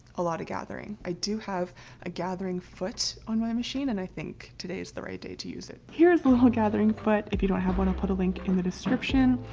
a lot of gathering. i do have a gathering foot on my machine and i think today is the right day to use it. here's a little gathering foot. if you don't have one i'll put a link in the description.